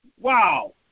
Wow